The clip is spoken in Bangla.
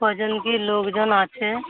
কজন কি লোকজন আছে